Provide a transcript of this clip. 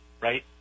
right